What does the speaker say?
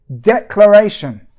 declaration